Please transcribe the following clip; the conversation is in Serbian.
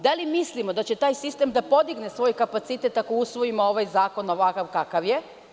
Da li mislimo da će taj sistem da podigne svoj kapacitet ako usvojimo ovaj zakon, ovakav kakav je?